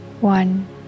one